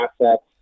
assets